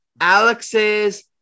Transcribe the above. Alex's